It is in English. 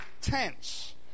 tense